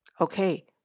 Okay